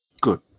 Good